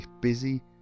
busy